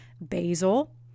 Basil